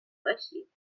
باشید